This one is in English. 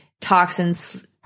toxins